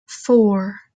four